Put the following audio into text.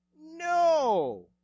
No